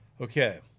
Okay